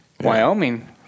wyoming